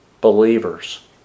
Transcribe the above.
believers